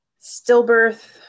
stillbirth